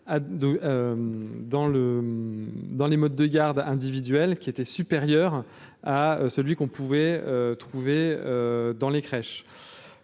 dans les modes de garde individuelle qui était supérieur à celui qu'on pouvait trouver dans les crèches